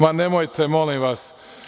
Nemojte molim vas.